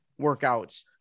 workouts